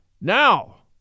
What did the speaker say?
Now